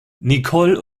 nicole